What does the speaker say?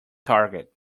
target